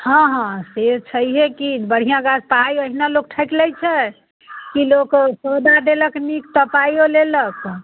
हँ हँ से छैहे की बढ़िआँ गाछ पाइ एहिना लोक ठकई लइ छै कि लोक पौधा देलक नीक तऽ पाइयो लेलक